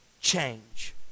change